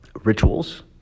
rituals